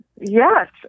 Yes